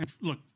look